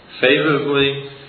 favorably